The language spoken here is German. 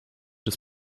des